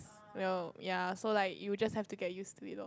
well ya so like you'll just have to get use to it loh